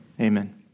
Amen